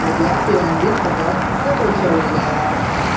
म्हज्या P N B खात्यांत कितले पयशे उरल्या